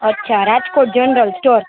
અચ્છા Rajkot general store